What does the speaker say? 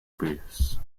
abuse